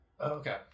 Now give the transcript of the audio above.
okay